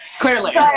Clearly